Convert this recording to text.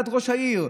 עד ראש העיר,